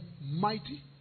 mighty